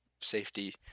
safety